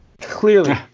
clearly